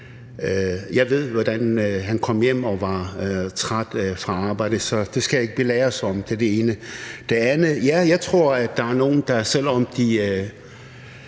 Jeg ved, hvordan han kom træt hjem fra arbejde, så det skal jeg ikke belæres om. Det var det ene. Til den anden ting: Ja, jeg tror, at der er nogle, der, selv om de